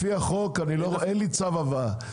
לפי החוק אין לי צו הבאה.